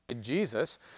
Jesus